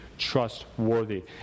trustworthy